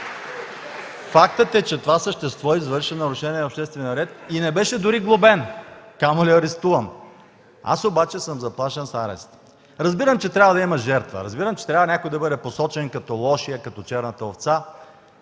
фактът е, че това същество извърши нарушение на обществения ред и не беше дори глобен, камо ли арестуван. Аз обаче съм заплашен с арест. Разбирам, че трябва да има жертва. Разбирам, че някой трябва да бъде посочен като лошия, като черната овца